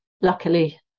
Luckily